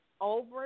over